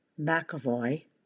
McAvoy